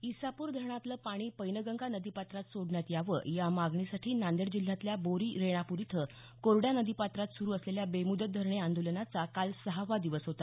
इसापूर धरणातलं पाणी पैनगंगा नदीपात्रात सोडण्यात यावं या मागणीसाठी नांदेड जिल्ह्यातल्या बोरी रेणापूर इथं कोरड्या नदी पात्रात सुरु असलेल्या बेमुदत धरणे आंदोलनाचा काल सहावा दिवस होता